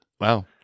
Wow